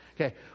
okay